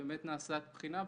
שבאמת נעשית בחינה,